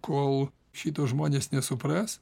kol šito žmonės nesupras